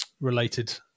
related